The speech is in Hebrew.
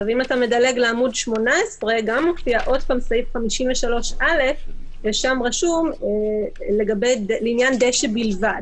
אם אתה מדלג לעמוד 18 שוב מופיע סעיף 53(א) ושם רשום לעניין דשא בלבד.